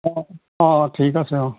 অ অ ঠিক আছে অ